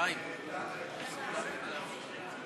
חקיקה מיותרת.